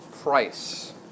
price